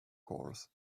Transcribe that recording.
chores